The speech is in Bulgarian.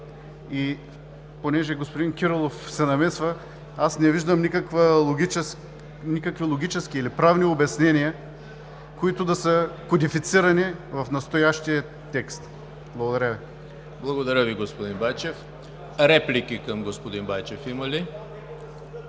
и понеже господин Кирилов се намесва, аз не виждам никакви логически или правни обяснения, които да са кодифицирани в настоящия текст. Благодаря Ви. ПРЕДСЕДАТЕЛ ЕМИЛ ХРИСТОВ: Благодаря Ви, господин Байчев. Реплики към господин Байчев има ли?